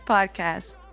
Podcast